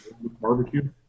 barbecue